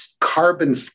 carbon